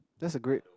that's a great